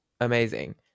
amazing